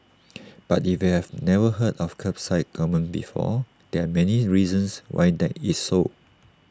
but if you have never heard of Kerbside gourmet before there are many reasons why that is so